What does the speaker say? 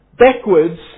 backwards